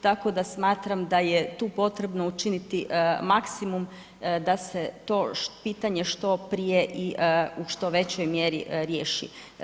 Tako da smatram da je tu potrebno učiniti maksimum da se to pitanje što prije i u što većoj mjeri riješi.